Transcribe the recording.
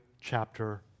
chapter